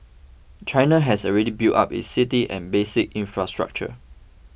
China has already built up its cities and basic infrastructure